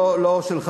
משמעת קואליציונית.